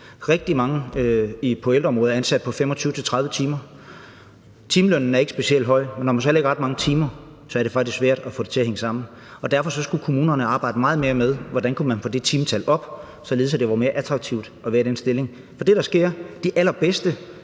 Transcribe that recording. Rigtig mange på ældreområdet er ansat i 25-30 timer. Timelønnen er ikke specielt høj, og når man så heller ikke har ret mange timer, er det faktisk svært at få det til at hænge sammen. Derfor skulle kommunerne arbejde meget mere med, hvordan man kunne få det timetal op, således at det var mere attraktivt at være i den stilling. Det, der sker, er, at de allerbedste